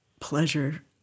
pleasure